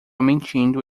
mentindo